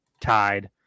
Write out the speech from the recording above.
tied